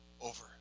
over